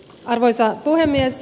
arvoisa puhemies